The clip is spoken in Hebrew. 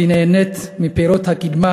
כי היא נהנית מפירות הקידמה,